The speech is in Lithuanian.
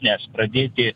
nes pradėti